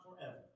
forever